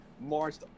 Marched